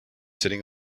sitting